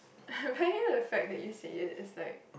bearing the fact that you say it it's like